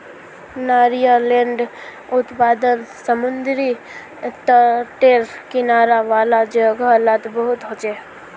नारियालेर उत्पादन समुद्री तटेर किनारा वाला जोगो लात बहुत होचे